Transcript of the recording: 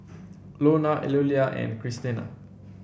Lonna Eulalia and Christena